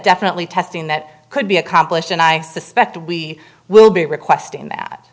definitely testing that could be accomplished and i suspect we will be requesting that